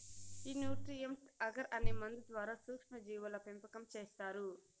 ఈ nutrient agar అనే మందు ద్వారా సూక్ష్మ జీవుల పెంపకం చేస్తారు